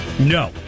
No